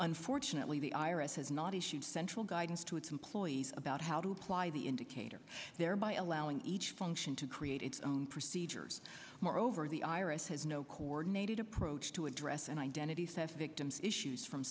unfortunately the i r s has not issued central guidance to its employees about how to apply the indicator thereby allowing each function to create its own procedures moreover the i r s has no coordinated approach to address and identity theft victims issues from